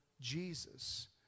Jesus